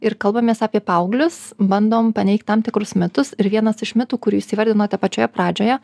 ir kalbamės apie paauglius bandom paneigt tam tikrus metus ir vienas iš metų kurį jūs įvardinote pačioje pradžioje